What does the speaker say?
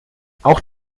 auch